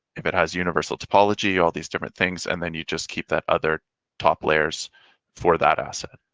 if it has universal typology, all these different things. and then you just keep that other top layers for that asset.